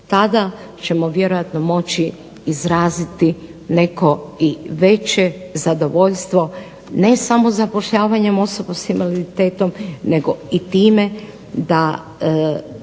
tada ćemo vjerojatno moći izraziti neko i veće zadovoljstvo ne samo zapošljavanjem osoba sa invaliditetom, nego i time da